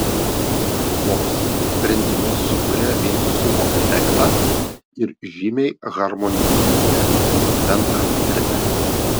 toks sprendimas sukuria vientisumo efektą ir žymiai harmoningesnę bendrą erdvę